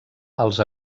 els